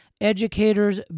educators